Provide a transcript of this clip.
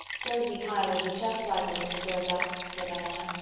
josie pye will be just like her when she grows up, said diana.